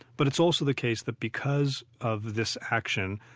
but it's also the case that because of this action,